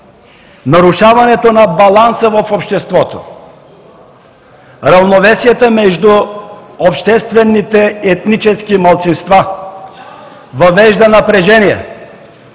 нарушаването на баланса в обществото, равновесието между обществените етнически малцинства въвежда напрежение.